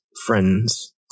Friends